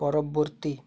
পরবর্তী